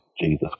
Jesus